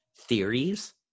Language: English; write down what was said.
theories